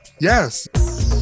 Yes